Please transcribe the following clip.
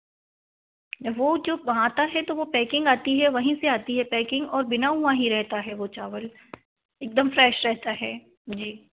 वह जब आता है तो वह पैकिंग आती है वहीं से आती है पैकिंग और बिना वहीं रहता है वह चावल एक दम फ्रेश रहता है जी